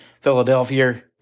Philadelphia